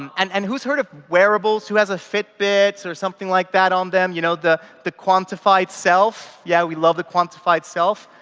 um and and who's heard of wearables, who has a fit bit or something like that on them? you know the the quantified self? yeah, we love the quantified self,